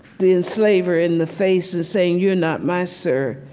the enslaver in the face and saying, you're not my sir,